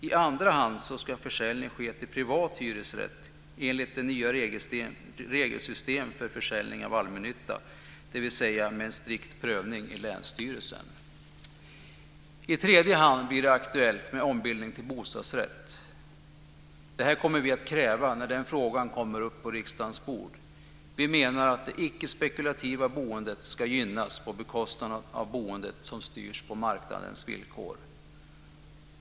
I andra hand ska försäljning ske till privat hyresrätt enligt det nya regelsystemet för försäljning av allmännytta, dvs. med en strikt prövning i länsstyrelsen. I tredje hand blir det aktuellt med ombildning till bostadsrätt. Det här kommer vi att kräva när frågan kommer upp på riksdagens bord. Vi menar att det icke-spekulativa boendet ska gynnas på bekostnad av boende som styrs av marknadens villkor.